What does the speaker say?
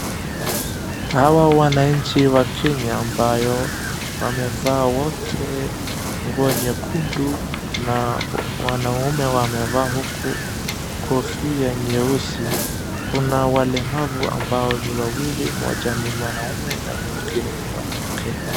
Hawa wananchi wa Kenya ambayo wamevaa wote nguo nyekundu na wanaume wamevaa huku kofia nyeusi. Kuna walemavu ambao ni wawili; mmoja ni mwanaume na mwingine ni mwanamke.